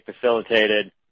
facilitated